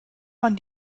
man